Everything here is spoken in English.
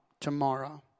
tomorrow